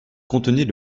contenait